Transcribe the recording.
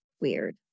Weird